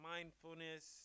Mindfulness